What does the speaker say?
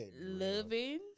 loving